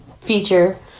feature